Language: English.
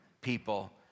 people